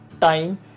time